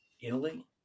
Italy